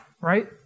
right